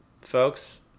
Folks